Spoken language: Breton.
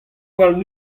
warn